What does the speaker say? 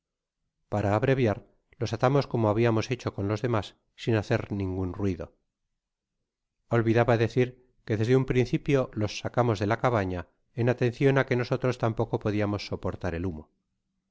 para abreviar ios atamos como habiamos hecho con los demas sin hacer ningun ruido olvidaba decir q desde uc principio los sacamos de la cabana en atencion á que nosotros tampoco podiamos soportar el humo